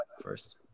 first